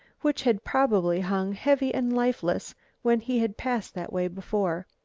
which had probably hung heavy and lifeless when he had passed that way before.